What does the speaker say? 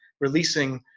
releasing